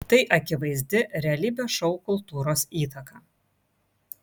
tai akivaizdi realybės šou kultūros įtaka